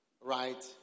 right